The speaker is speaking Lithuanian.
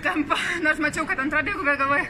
tempą na aš mačiau kad antra bėgo labai